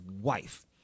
wife